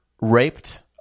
raped